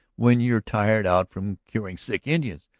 when you're tired out from curing sick indians.